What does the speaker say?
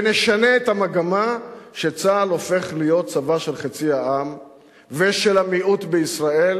ונשנה את המגמה שצה"ל הופך להיות צבא של חצי העם ושל המיעוט בישראל,